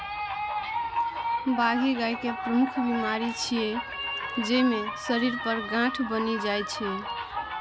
बाघी गाय के प्रमुख बीमारी छियै, जइमे शरीर पर गांठ बनि जाइ छै